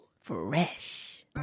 Fresh